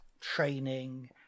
training